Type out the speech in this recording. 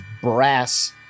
brass